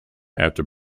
after